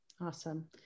Awesome